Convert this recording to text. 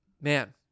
Man